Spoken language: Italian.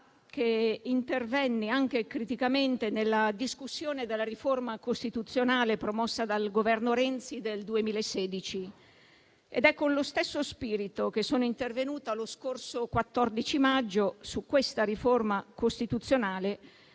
che intervenni anche criticamente nella discussione della riforma costituzionale promossa dal Governo Renzi del 2016. È con lo stesso spirito che sono intervenuta lo scorso 14 maggio su questa riforma costituzionale